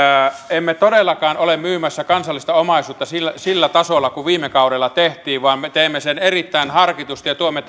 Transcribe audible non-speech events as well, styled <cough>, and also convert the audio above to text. emme todellakaan ole myymässä kansallista omaisuutta sillä sillä tasolla kuin viime kaudella tehtiin vaan me teemme sen erittäin harkitusti ja tuomme <unintelligible>